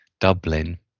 Dublin